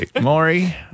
Maury